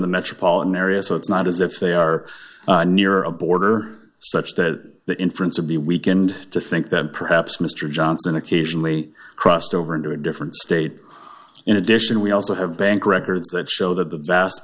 the metropolitan area so it's not as if they are near a border such that the inference of the weekend to think that perhaps mr johnson occasionally crossed over into a different state in addition we also have bank records that show that the vast